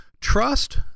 trust